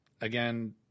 again